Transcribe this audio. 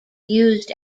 used